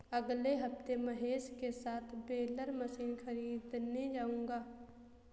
अगले हफ्ते महेश के साथ बेलर मशीन खरीदने जाऊंगा